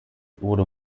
wurde